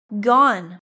gone